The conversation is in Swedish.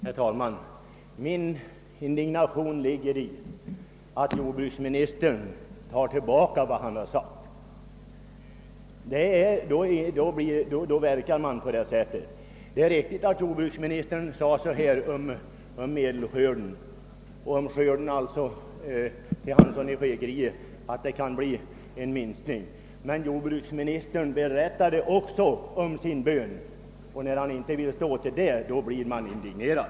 Herr talman! Min indignation beror på att jordbruksministern tar tillbaka vad han har sagt. Det är riktigt vad jordbruksministern sade till herr Hansson i Skegrie beträffande skörden, men jordbruksministern berättade också om sin bön om en mindre skörd. När han nu inte vill stå för detta blir jag indignerad.